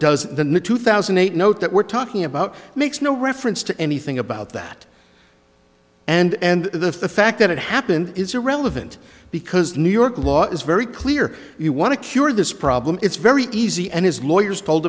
does the new two thousand and eight note that we're talking about makes no reference to anything about that and the fact that it happened is irrelevant because new york law is very clear you want to cure this problem it's very easy and his lawyers told